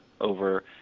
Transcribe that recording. over